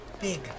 big